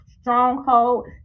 stronghold